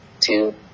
two